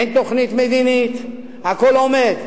אין תוכנית מדינית, הכול עומד.